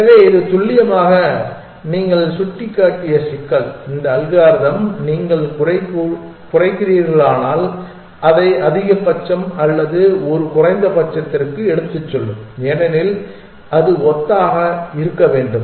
எனவே துல்லியமாக நீங்கள் சுட்டிக்காட்டிய சிக்கல் இந்த அல்காரிதம் நீங்கள் குறைக்கிறீர்களானால் அதை அதிகபட்சம் அல்லது ஒரு குறைந்தபட்சத்திற்கு எடுத்துச் செல்லும் ஏனெனில் அது ஒத்ததாக இருக்க வேண்டும்